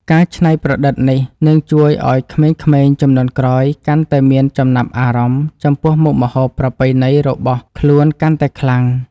ការច្នៃប្រឌិតនេះនឹងជួយឱ្យក្មេងៗជំនាន់ក្រោយកាន់តែមានចំណាប់អារម្មណ៍ចំពោះមុខម្ហូបប្រពៃណីរបស់ខ្លួនកាន់តែខ្លាំង។